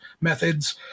methods